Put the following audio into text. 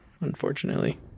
unfortunately